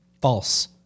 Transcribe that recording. False